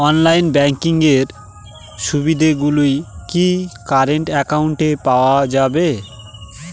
Online banking এর সুবিধে গুলি কি কারেন্ট অ্যাকাউন্টে পাওয়া যাবে?